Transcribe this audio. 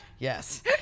Yes